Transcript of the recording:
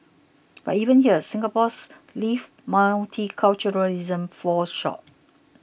but even here Singapore's lived multiculturalism falls short